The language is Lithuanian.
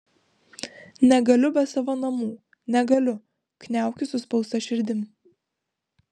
negaliu be savo namų negaliu kniaukiu suspausta širdim